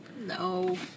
no